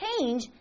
change